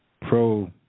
pro